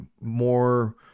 more